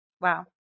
Wow